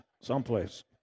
someplace